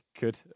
Good